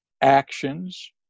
actions